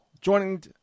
Joining